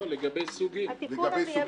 בסדר.